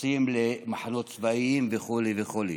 שפורצים למחנות צבאיים וכו' וכו'.